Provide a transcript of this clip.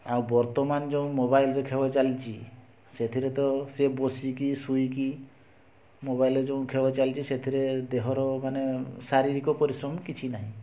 ଆଉ ବର୍ତ୍ତମାନ ଯେଉଁ ମୋବାଇଲ୍ରେ ଖେଳ ଚାଲିଛି ସେଥିରେ ତ ସିଏ ବସିକି ଶୋଇକି ମୋବାଇଲ୍ରେ ଯେଉଁ ଖେଳ ଚାଲିଛି ସେଥିରେ ଦେହର ମାନେ ଶାରୀରିକ ପରିଶ୍ରମ କିଛି ନାହିଁ